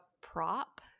prop